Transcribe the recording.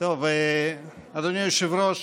אדוני היושב-ראש,